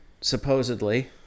supposedly